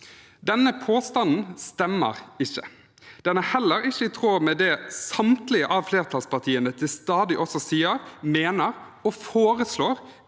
Denne påstanden stemmer ikke. Den er heller ikke i tråd med det samtlige av flertallspartiene stadig også sier, mener og foreslår